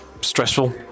stressful